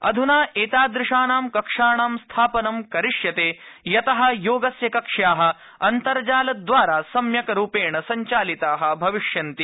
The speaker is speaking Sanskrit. अधुना एतादृशानां कक्षाणां स्थापनं करिष्यते यतः योगस्य कक्ष्याः अन्तर्जालद्वारा सम्यक् रूपेण सञ्चालिताः भविष्यन्ति